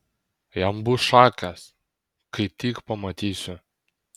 jam bus šakės kai tik pamatysiu